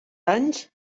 anys